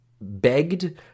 begged